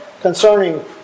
concerning